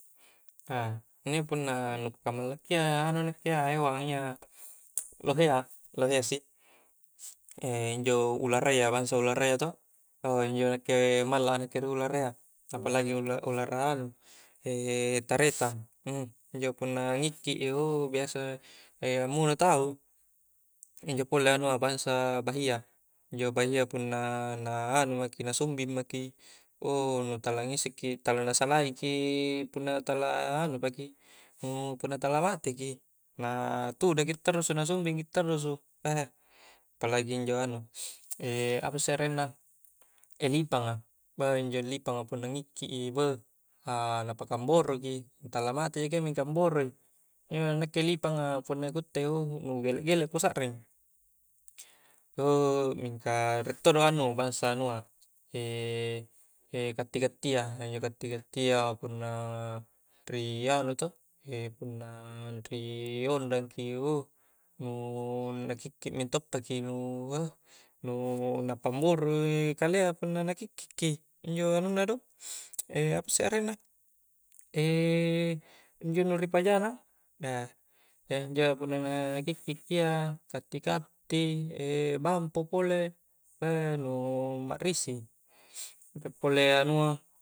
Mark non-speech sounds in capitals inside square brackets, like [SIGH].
Inni punna nu ku kammalakia anu nakke iya hewang iya lohe iya lohe iya sih [HESITATION] injo ularayya, bangsa ularayya to ou njo nakke malla a nakke ri ulara iya apalagi ulara-ulara anu [HESITATION] tarekang [HESITATION] injo punna ngikki i ou biasa ammuno tau injo pole anua bangsa bahia injo bahia punna na anu maki, na sumbing maki ou mu tala ngisseki tala na salaiki punna tala nganu paki punna tala mateki na tudaki tarrusu, na sumbingki tarrusu, [HESITATION] apalagi injo anu [HESITATION] apasse areng na [HESITATION] lipanga beuh injo lipanga punna ngikki i beuh [HESITATION] lapaka amboro ki, nu tala mate jaki iya mingka amboroi injo memng nakke lipanga punna ku utte i [HESITATION] nu gelek-gelek kusakring [HESITATION] mingka riek todo anu, bangsa anua [HESITATION] katti-kattia, iyanjo katti-kattia punna ri anu to [HESITATION] punna ri ondang ki ouh nu na kikki mento paki nu [HESITATION] nu na pammoro i kalea punna na kikki ki, injo anunna do [HESITATION] apasse arenna [HESITATION] injo nu ri pajana [HESITATION] iyanjoa punna na kikki ki iya, katti-katti [HESITATION] bampo pole beuh nu makrisi riek pole anua